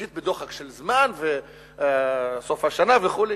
שלישית בדוחק של זמן וסוף השנה וכו'.